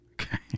Okay